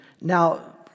Now